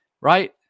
right